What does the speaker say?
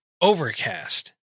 overcast